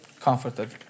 comforted